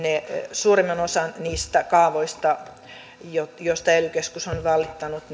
suurimman osan niistä kaavoista joista ely keskus on valittanut